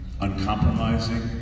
uncompromising